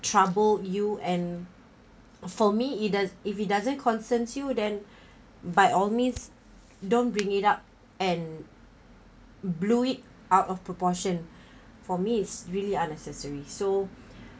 trouble you and for me it does if it doesn't concerns you then by all means don't bring it up and blew it out of proportion for me is really unnecessary so